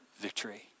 victory